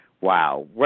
wow